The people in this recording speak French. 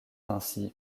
ainsi